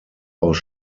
aus